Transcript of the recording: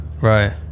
right